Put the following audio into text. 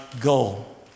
goal